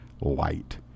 light